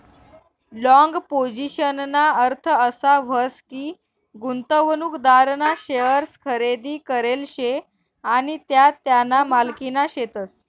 long पोझिशनना अर्थ असा व्हस की, गुंतवणूकदारना शेअर्स खरेदी करेल शे आणि त्या त्याना मालकीना शेतस